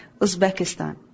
Uzbekistan